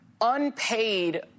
unpaid